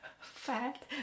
fat